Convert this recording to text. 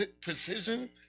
precision